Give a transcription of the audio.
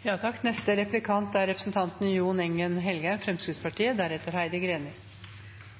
Statsråden sa i sitt innlegg at det foreliggende initiativet ikke er